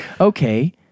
Okay